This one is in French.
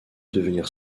devenir